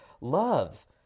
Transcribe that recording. love